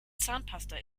zahnpasta